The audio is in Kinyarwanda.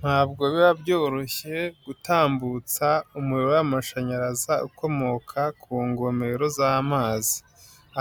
Ntabwo biba byoroshye gutambutsa umuriro w'amashanyaraza ukomoka ku ngomero z'amazi.